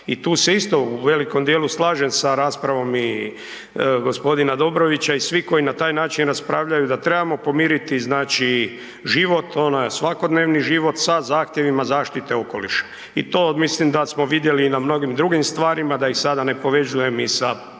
I tu se isto u velikom dijelu slažem sa raspravom i gospodina Dobrovića i svih koji na taj način raspravljaju da trebamo pomiriti znači život onaj svakodnevni život sa zahtjevima zaštite okoliša. I to mislim da smo vidjeli i na mnogim drugim stvarima da ih sada ne povezujem i sa